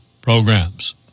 programs